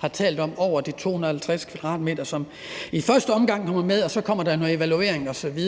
har talt om, på over 250 m², som i første omgang kommer med, og så kommer der noget evaluering osv.,